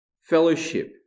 fellowship